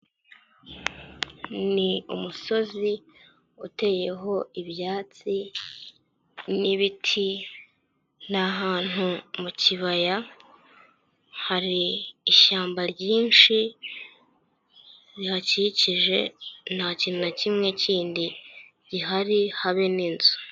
Ni umusozi uteyeho ibyatsi nibiti, ni ahantu mu kibaya, hari ishyamba ryinshi rihakikije, nta kintu na kimwe kindi gihari, habe n'inzu.